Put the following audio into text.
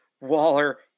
Waller